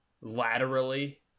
laterally